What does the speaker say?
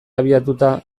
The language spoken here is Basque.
abiatuta